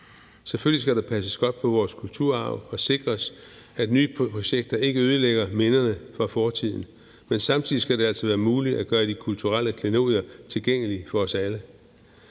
Selvfølgelig skal der passes godt på vores kulturarv, og det skal sikres, at nye projekter ikke ødelægger minderne fra fortiden. Men samtidig skal det altså være muligt at gøre de kulturelle klenodier tilgængelige for os alle.